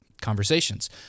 conversations